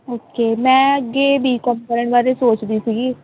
okay ਮੈਂ ਅੱਗੇ B com ਕਰਨ ਬਾਰੇ ਸੋਚਦੀ ਸੀਗੀ